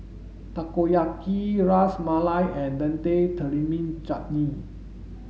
Takoyaki Ras Malai and Tamarind Chutney